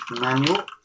Manual